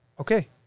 Okay